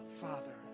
Father